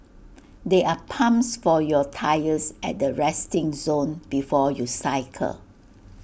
there are pumps for your tyres at the resting zone before you cycle